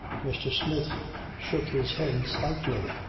mr. smith shook his head slightly.